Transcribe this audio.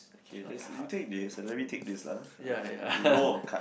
okay lets you take this already take this lah like law of cut